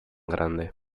grande